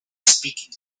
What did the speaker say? speaking